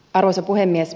arvoisa puhemies